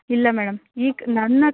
ಇಲ್ಲ ಮೇಡಮ್ ಈಗ ನನ್ನ